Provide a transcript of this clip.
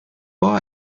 just